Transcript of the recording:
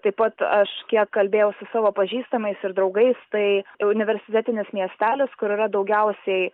taip pat aš kiek kalbėjau su savo pažįstamais ir draugais tai universitetinis miestelis kur yra daugiausiai